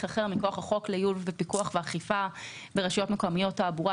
אחר מכוח החוק לייעול פיקוח ואכיפה ברשויות מקומיות (תעבורה),